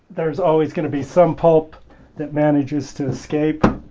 theres always going to be some pulp that manages to escape